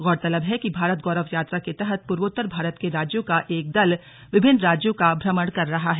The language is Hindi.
गौरतलब है कि भारत गौरव यात्रा के तहत पूर्वोत्तर भारत के राज्यों का एक दल विभिन्न राज्यों का भ्रमण कर रहा है